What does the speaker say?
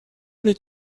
did